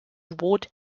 boot